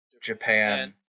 Japan